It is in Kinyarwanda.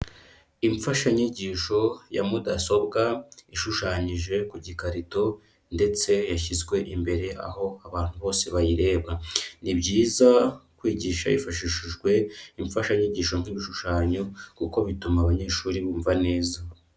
Imfashanyigisho ya mudasobwa ishushanyije ku gikarito ndetse yashyizwe imbere aho abantu bose bayireba, ni byiza kwigisha hifashishijwe imfashanyigisho nk'ibishushanyo kuko bituma abanyeshuri bumva neza.